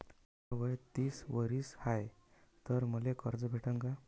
माय वय तीस वरीस हाय तर मले कर्ज भेटन का?